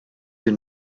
den